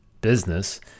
business